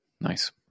Nice